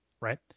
right